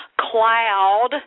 cloud